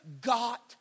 got